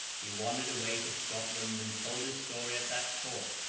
he wandered away to scotland, and told his story at that court.